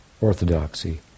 orthodoxy